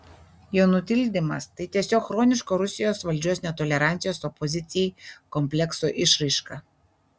jo nutildymas tai tiesiog chroniško rusijos valdžios netolerancijos opozicijai komplekso išraiška